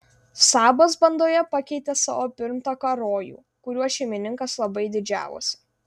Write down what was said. sabas bandoje pakeitė savo pirmtaką rojų kuriuo šeimininkas labai didžiavosi